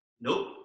Nope